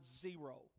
zero